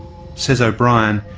says o'brien,